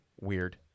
weird